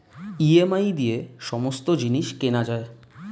EMI দিয়ে সমস্ত জিনিস কেনা যায়